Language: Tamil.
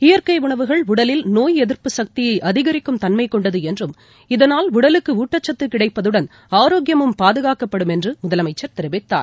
இயற்கைஉணவுகள் உடலில் நோய் எதிர்ப்பு சக்தியைஅதிகரிக்கும்தன்மைகொண்டதுஎன்றும் இதனால் உடலுக்குணட்டச்சத்துகிடைப்பதுடன் ஆரோக்கியமும் பாதுகாக்கப்படும் என்றுமுதலமைச்சர் தெரிவித்தார்